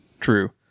True